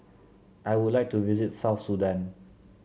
I would like to visit South Sudan